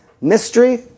Mystery